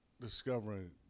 discovering